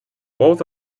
both